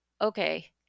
okay